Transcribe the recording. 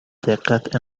دقت